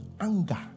anger